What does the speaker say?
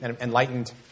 enlightened